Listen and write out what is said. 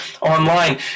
online